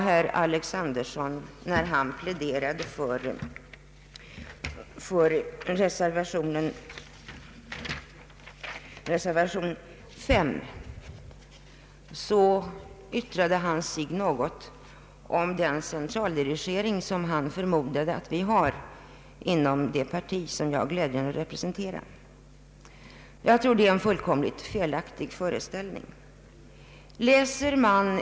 Herr Alexanderson pläderade för reservation 5 och yttrade något om den centraldirigering som han förmodade att vi har inom det parti jag har glädjen att representera. Det är en fullständigt felaktig föreställning enligt min mening.